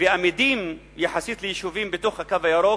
ואמידים יחסית ליישובים בתוך "הקו הירוק",